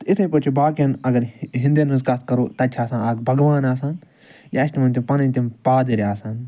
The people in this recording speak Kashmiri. تہٕ اِتھے پٲٹھۍ چھِ باقیَن ہیٚندیٚن ہٕنٛز کتھ کرو تتہِ چھ آسان اکھ بَگوان آسان یا چھِ تِمن پَنن تِم پادٕر آسان